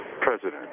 president